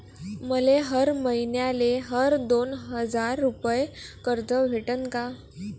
मले हर मईन्याले हर दोन हजार रुपये कर्ज भेटन का?